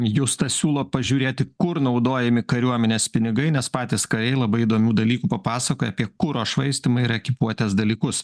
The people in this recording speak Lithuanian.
justas siūlo pažiūrėti kur naudojami kariuomenės pinigai nes patys kariai labai įdomių dalykų papasakoja apie kuro švaistymą ir ekipuotės dalykus